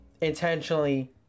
intentionally